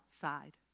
side